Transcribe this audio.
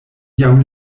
jam